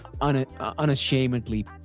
unashamedly